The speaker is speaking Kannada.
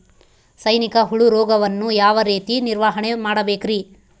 ಸೈನಿಕ ಹುಳು ರೋಗವನ್ನು ಯಾವ ರೇತಿ ನಿರ್ವಹಣೆ ಮಾಡಬೇಕ್ರಿ?